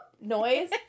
noise